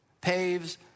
paves